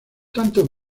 tanto